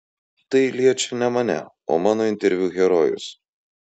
tai liečia ne mane o mano interviu herojus